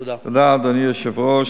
תודה, אדוני היושב-ראש.